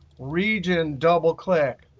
region, double-click,